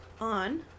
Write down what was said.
on